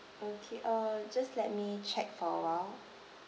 okay uh just let me check for a while